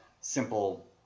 simple